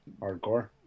hardcore